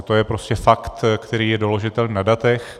To je prostě fakt, který je doložitelný na datech.